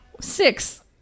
six